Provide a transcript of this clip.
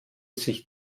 sich